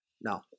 No